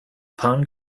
upon